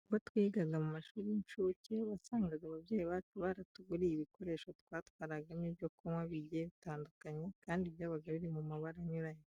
Ubwo twigaga mu mashuri y'inshuke wasangaga ababyeyi bacu baratuguriye ibikoresho twatwaragamo ibyo kunywa bigiye bitandukanye kandi byabaga biri mu mabara anyuranye.